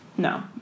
No